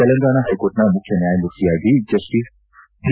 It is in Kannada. ತೆಲಂಗಾಣ ಹೈಕೋರ್ಟ್ನ ಮುಖ್ಯನ್ಕಾಯಮೂರ್ತಿಯಾಗಿ ಜಸ್ವೀಸ್ ಟಿ